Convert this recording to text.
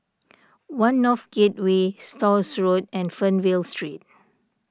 one North Gateway Stores Road and Fernvale Street